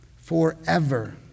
forever